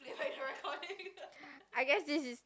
I guess this is